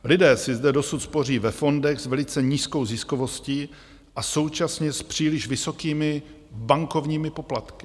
Lidé si zde dosud spoří ve fondech s velice nízkou ziskovostí a současně s příliš vysokými bankovními poplatky.